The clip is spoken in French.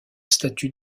statut